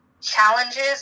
challenges